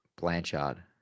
Blanchard